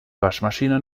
waschmaschine